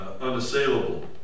unassailable